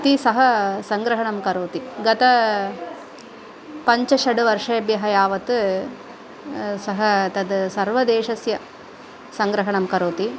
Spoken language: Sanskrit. इति सः सङ्ग्रहणं करोति गत पञ्चषड् वर्षेभ्यः यावत् सः तद् सर्व देशस्य सङ्ग्रहणं करोति